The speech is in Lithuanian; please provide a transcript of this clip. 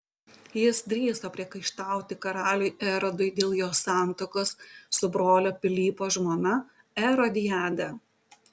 jis drįso priekaištauti karaliui erodui dėl jo santuokos su brolio pilypo žmona erodiada